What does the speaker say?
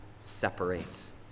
separates